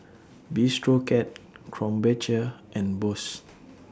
Bistro Cat Krombacher and Bose